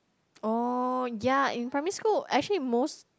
oh ya in primary school actually most